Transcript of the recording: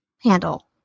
handle